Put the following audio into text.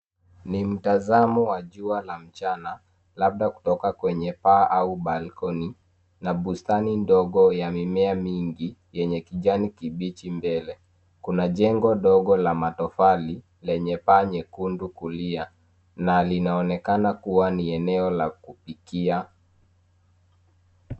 Ni mtazamo wa jua la mchana labda kutoka kwenye paa au balcony na bustani ndogo ya mimea mingi yenye kijani kibichi mbele. Kuna jengo ndogo la matofali lenye paa nyekundu kulia na linaonekana kuwa ni eneo la kupikia.